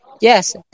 yes